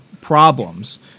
problems